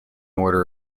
order